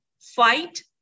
fight